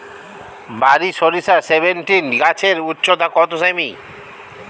বারি সরিষা সেভেনটিন গাছের উচ্চতা কত সেমি?